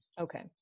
Okay